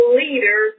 leader